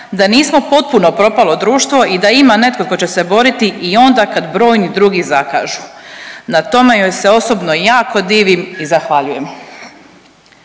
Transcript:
da nismo potpuno propalo društvo i da ima netko tko će se boriti i onda kad brojni drugi zakažu. Na tome joj se osobno jako divim i zahvaljujemo.